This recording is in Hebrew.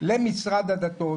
למשרד הדתות,